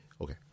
Okay